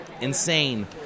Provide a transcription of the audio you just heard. insane